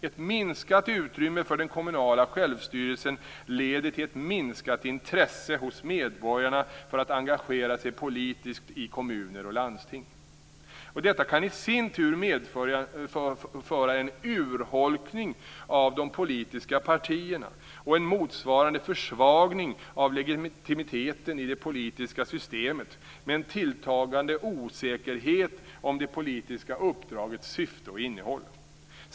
Ett minskat utrymme för den kommunala självstyrelsen leder till ett minskat intresse hos medborgarna för att engagera sig politiskt i kommuner och landsting. Detta kan i sin tur medföra en urholkning av de politiska partierna och en motsvarande försvagning av legitimiteten i det politiska systemet med en tilltagande osäkerhet om det politiska uppdragets syfte och innehåll.